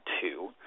two